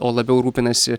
o labiau rūpinasi